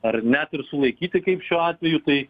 ar net ir sulaikyti kaip šiuo atveju tai